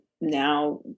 Now